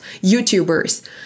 YouTubers